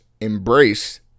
embrace